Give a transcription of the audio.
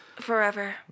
Forever